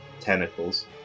tentacles